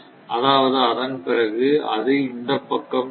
அதாவது அதன் பிறகு அது இந்த பக்கம் நகரும்